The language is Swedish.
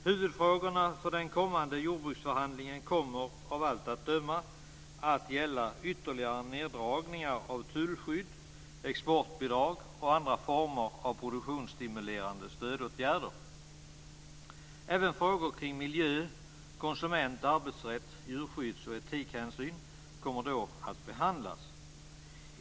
Huvudfrågorna för den kommande jordbruksförhandlingen kommer av allt att döma att gälla ytterligare neddragningar av tullskydd, exportbidrag och andra former av produktionsstimulerande stödåtgärder. Även frågor kring miljö-, konsument-, arbetsrätts-, djurskydds och etikhänsyn kommer då att behandlas.